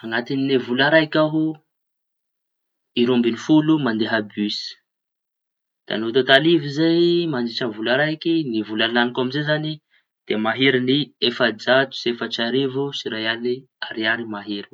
Añatañy vola raiky aho i roambifolo mandeha bis. Da no totaliko zay mandritry ny vola raiky, ny vola lañiko amizay zañy de maheriñy efa-jato sy efatra arivo sy iray aliñy ariary mahery.